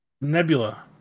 nebula